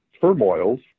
turmoils